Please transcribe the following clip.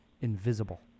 invisible